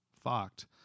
fucked